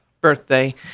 birthday